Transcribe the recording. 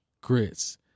Grits